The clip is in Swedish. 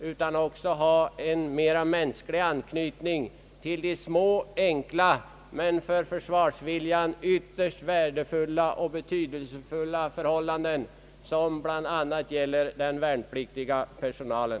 Vi vill ha en mera mänsklig anknytning till de små enkla men för försvarsviljan ytterst värdefulla och betydelsefulla förhållanden, som bl.a. rör den värnpliktiga personalen.